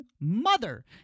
mother